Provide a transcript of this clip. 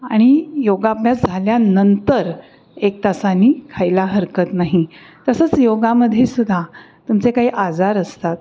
आणि योगाभ्यास झाल्यानंतर एक तासाने खायला हरकत नाही तसंच योगामध्ये सुद्धा तुमचे काही आजार असतात